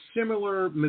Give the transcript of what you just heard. similar